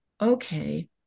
okay